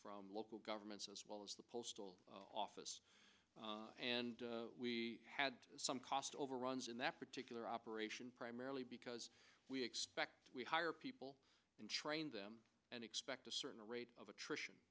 from local governments as well as the postal office and we had some cost overruns in that particular operation primarily because we hire people and train them and expect a certain rate of attrition